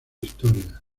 historia